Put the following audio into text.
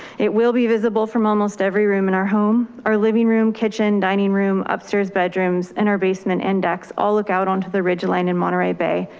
it will be visible from almost every room in our home, our living room, kitchen, dining room, upstairs bedrooms in our basement index. all look out onto the ridge line in monterey bay.